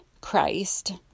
Christ